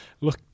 look